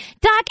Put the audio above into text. Doc